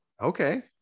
okay